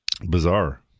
Bizarre